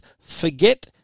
Forget